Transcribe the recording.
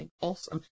Awesome